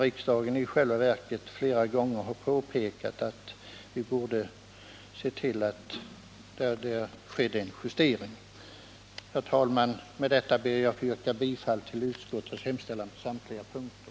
Riksdagen har i själva verket flera gånger påtalat angelägenheten av att de gamla anvisningarna justeras. Herr talman! Med detta ber jag att få yrka bifall till utskottets hemställan på samtliga punkter.